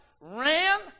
Ran